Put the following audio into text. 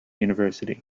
university